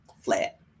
flat